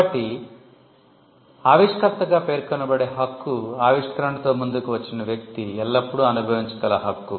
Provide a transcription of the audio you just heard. కాబట్టి ఆవిష్కర్తగా పేర్కొనబడే హక్కు ఆవిష్కరణతో ముందుకు వచ్చిన వ్యక్తి ఎల్లప్పుడూ అనుభవించగల హక్కు